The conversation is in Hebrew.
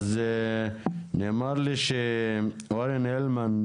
נאמר לי שאורן הלמן,